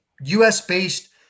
US-based